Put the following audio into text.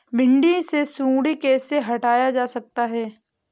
भिंडी से सुंडी कैसे हटाया जा सकता है?